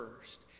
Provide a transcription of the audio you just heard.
first